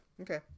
Okay